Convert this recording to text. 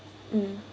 mm